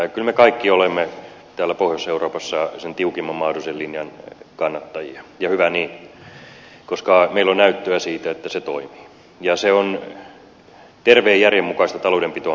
kyllä me kaikki olemme täällä pohjois euroopassa sen tiukimman mahdollisen linjan kannattajia ja hyvä niin koska meillä on näyttöä siitä että se toimii ja se on terveen järjen mukaista taloudenpitoa mitä me kannatamme